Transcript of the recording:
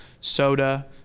soda